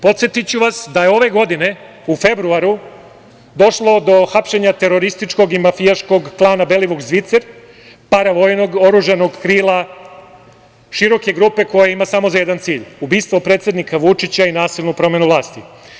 Podsetiću vas da je ove godine u februaru došlo do hapšenje terorističkog i mafijaškog klana Belivuk-Zvicer, paravojnog, oružanog krila široke grupe koja ima samo jedan cilj – ubistvo predsednika Vučića i nasilnu promenu vlasti.